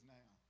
now